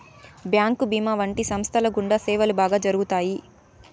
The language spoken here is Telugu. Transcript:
బ్యాంకు భీమా వంటి సంస్థల గుండా సేవలు బాగా జరుగుతాయి